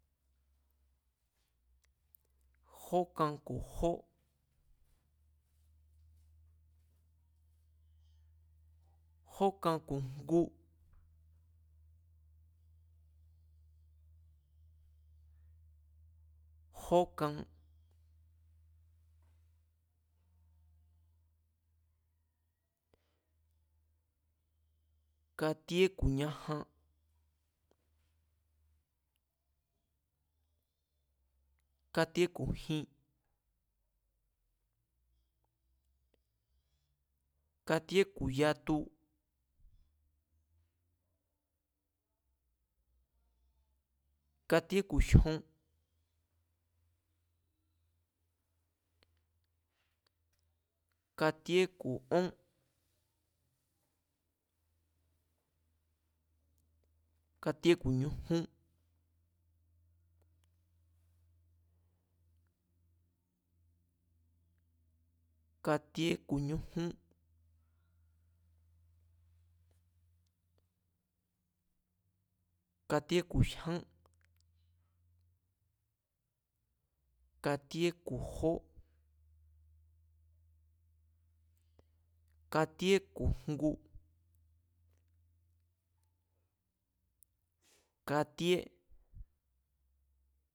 Jokan ku̱ jó, jó kan ku̱ jngu, jó kan, katíe ku̱ ñajan katíé ku̱ jin, katíe ku̱ yatu, katíé ku̱ jion, katíé ku̱ ón, katíé ku̱ ñujún, katíé ku̱ jyán, katíe ku̱ jó, katíé ku̱ jngu, katíé